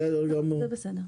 בסדר גמור.